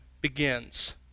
begins